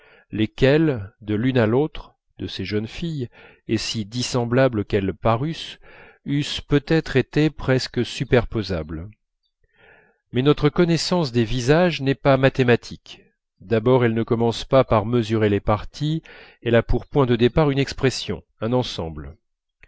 eussent de l'une à l'autre de ces jeunes filles et si dissemblables qu'elles parussent peut-être été presque superposables mais notre connaissance des visages n'est pas mathématique d'abord elle ne commence pas par mesurer les parties elle a pour point de départ une expression un ensemble